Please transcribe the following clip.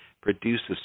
produces